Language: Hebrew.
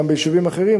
גם ביישובים אחרים,